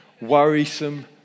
worrisome